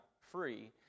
free